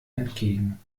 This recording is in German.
entgegen